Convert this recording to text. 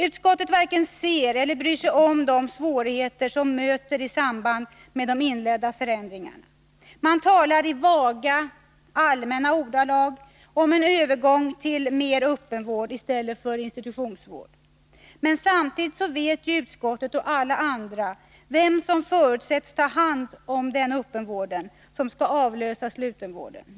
Utskottet varken ser eller bryr sig om de svårigheter som man möts av i samband med de inledda förändringarna. Man talar i vaga, allmänna ordalag om en övergång till mer öppenvård i stället för institutionsvård. Men samtidigt vet utskottet och alla andra vem som förutsätts ta hand om den öppenvård som skall avlösa slutenvården.